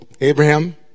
Abraham